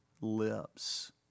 lips